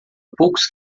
poucos